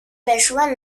wyszła